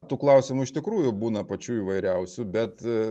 tų klausimų iš tikrųjų būna pačių įvairiausių bet